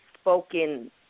spoken